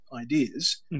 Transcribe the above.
ideas